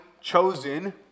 chosen